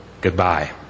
goodbye